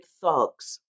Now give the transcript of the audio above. thugs